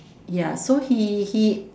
ya so he he